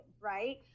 right